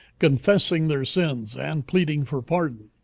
confessing their sins, and pleading for pardon.